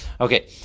Okay